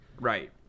Right